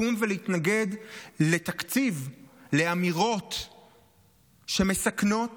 לקום ולהתנגד לתקציב ולאמירות שמסכנות